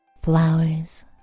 Flowers